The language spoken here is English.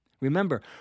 Remember